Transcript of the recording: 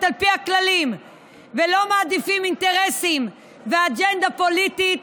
על פי הכללים ולא מעדיפה אינטרסים ואג'נדה פוליטית